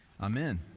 Amen